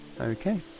Okay